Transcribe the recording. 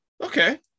okay